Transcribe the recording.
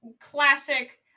classic